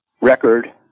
record